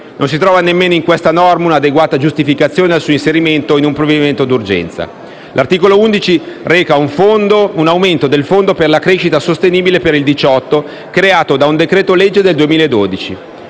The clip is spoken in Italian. Non si trova nemmeno in questa norma una adeguata giustificazione al suo inserimento in un provvedimento d' urgenza. L'articolo 11 reca un aumento al Fondo crescita sostenibile per il 2018 creato da un decreto-legge del 2012.